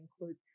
include